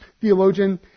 theologian